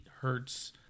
hertz